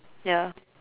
ya